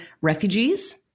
refugees